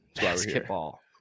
Basketball